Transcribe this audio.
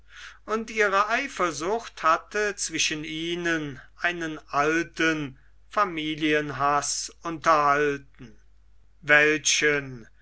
und ihre eifersucht hatte zwischen ihnen einen alten familienhaß unterhalten welchen